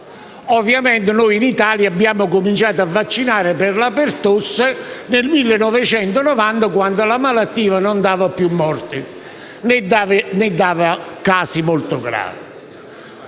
Ovviamente, in Italia abbiamo cominciato a vaccinare per la pertosse nel 1990, quando la malattia non dava più morti né casi molto gravi.